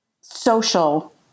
social